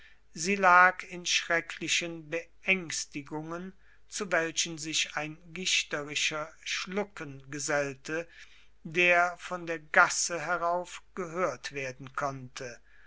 sie lag in schrecklichen beängstigungen zu welchen sich ein gichterischer schlucken gesellte der von der gasse herauf gehört werden konnte